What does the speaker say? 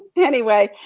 anyway,